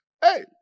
Hey